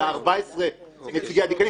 אלא 14 נציגי הדיקנים,